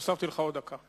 הוספתי לך עוד דקה.